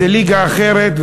זה ליגה אחרת,